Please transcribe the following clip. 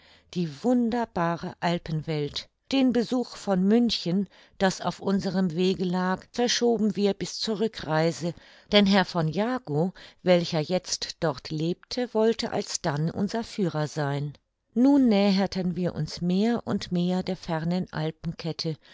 die wunderbare alpenwelt den besuch von münchen das auf unserem wege lag verschoben wir bis zur rückreise denn herr v jagow welcher jetzt dort lebte wollte alsdann unser führer sein nun näherten wir uns mehr und mehr der fernen